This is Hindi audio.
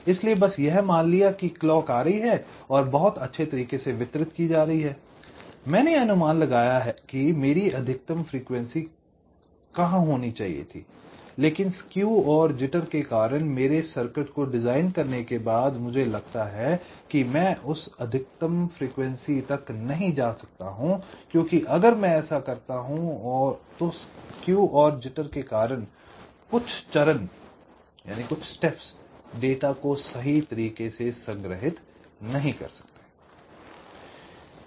इसलिए बस यह मान लिया कि क्लॉक आ रही है और बहुत अच्छे तरीके से वितरित की जा रही है मैंने अनुमान लगाया है कि मेरी अधिकतम फ्रीक्वेंसी कहां होनी चाहिए थी लेकिन स्केव और जिटर के कारण मेरे सर्किट को डिजाइन करने के बाद मुझे लगता है कि मैं उस अधिकतम फ्रीक्वेंसी तक नहीं जा सकता हूं क्योंकि अगर मैं ऐसा करता हूं कि स्केव और जिटर के कारण कुछ चरण डेटा को सही तरीके से संग्रहित नहीं कर सकते हैं